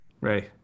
Ray